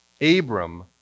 Abram